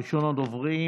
ראשון הדוברים,